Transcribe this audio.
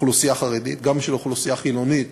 לאוכלוסייה חרדית וגם לאוכלוסייה חילונית